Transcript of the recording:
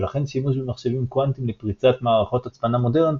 ולכן שימוש במחשבים קוונטים לפריצת מערכות הצפנה מודרניות